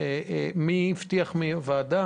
בואו ננשום עמוק לפני שרצים לעשות יישומון חדש,